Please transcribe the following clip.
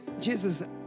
Jesus